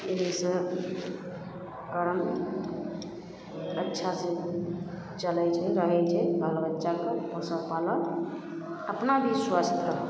एहिसब कारण अच्छासे चलै छै बढ़ै छै बाल बच्चाके पोसल पालल अपना भी स्वस्थ रहल